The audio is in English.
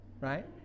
right